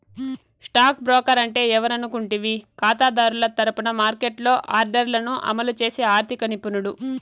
stock broker అంటే ఎవరనుకుంటివి కాతాదారుల తరపున మార్కెట్లో ఆర్డర్లను అమలు చేసి ఆర్థిక నిపుణుడు